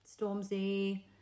Stormzy